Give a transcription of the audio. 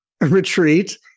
retreat